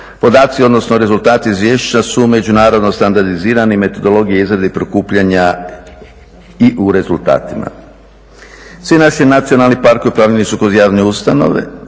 Podaci odnosno rezultati izvješća su međunarodno standardizirani, metodologija izrade i prikupljanja i u rezultatima. Svi naši nacionalni parkovi upravljani su kao javne ustanove